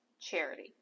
charity